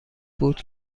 بود